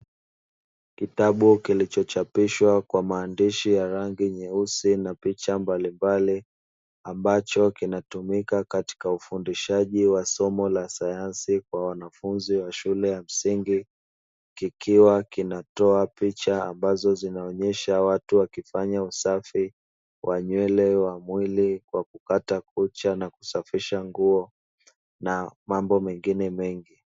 Kitabu kilichochapishwa kwa maandishi ya rangi nyeusi na picha mbalimbali, ambacho kinatumika katika ufundishaji wa somo la sayansi kwa wanafunzi wa shule ya msingi, kikiwa kinatoa picha ambazo zinaonyesha watu wakifanya usafi wa nywele, wa mwili kwa kukata kucha na kusafisha nguo na mambo mengine mengi.